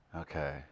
Okay